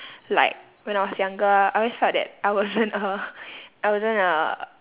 like when I was younger I always felt that I wasn't a I wasn't a